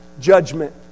judgment